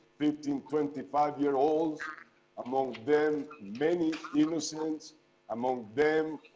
fifteen, twenty five year olds among them, many innocents among them,